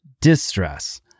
distress